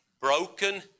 broken